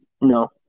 No